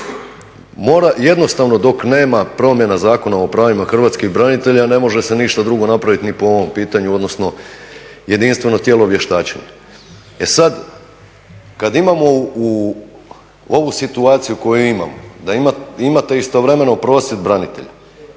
jednostavno dok nema promjena Zakona o pravima Hrvatskih branitelja ne može se ništa drugo napraviti ni po ovom pitanju, odnosno jedinstveno tijelo vještačenja. E sad, kad imamo ovu situaciju koju imamo, da imate istovremeno prosvjed branitelja,